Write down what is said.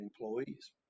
employees